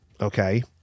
okay